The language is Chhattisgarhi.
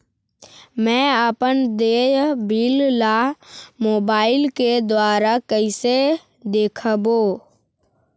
मैं अपन देय बिल ला मोबाइल के द्वारा कइसे देखबों?